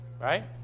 Right